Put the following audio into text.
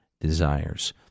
desires